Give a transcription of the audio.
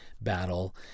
battle